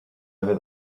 over